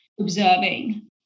observing